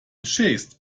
chased